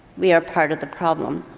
we are part of the problem.